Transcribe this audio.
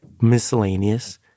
miscellaneous